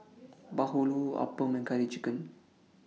Bahulu Appam and Curry Chicken